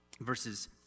verses